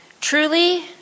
Truly